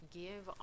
give